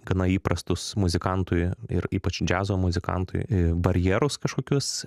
gana įprastus muzikantui ir ypač džiazo muzikantui barjerus kažkokius